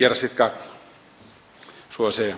gera sitt gagn, svo að segja.